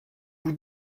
vous